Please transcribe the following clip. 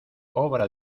obra